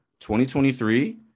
2023